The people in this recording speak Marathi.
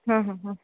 हां हां हां